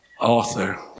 author